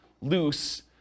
loose